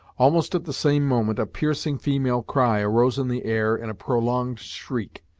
almost at the same moment a piercing female cry rose in the air in a prolonged shriek.